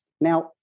Now